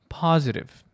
positive